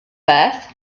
beth